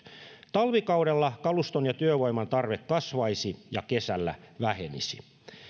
talvikaudella kaluston ja työvoiman tarve kasvaisi ja kesällä vähenisi